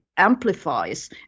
amplifies